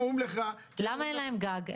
למה אין להם גג?